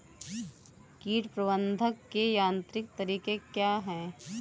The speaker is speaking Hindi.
कीट प्रबंधक के यांत्रिक तरीके क्या हैं?